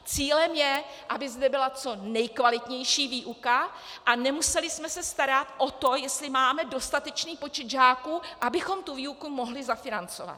Cílem je, aby zde byla co nejkvalitnější výuka a nemuseli jsme se starat o to, jestli máme dostatečný počet žáků, abychom tu výuku mohli zafinancovat.